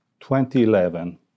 2011